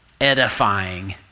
edifying